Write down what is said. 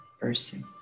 person